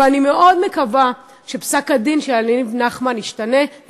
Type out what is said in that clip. ואני מאוד מקווה שפסק-הדין של יניב נחמן ישתנה,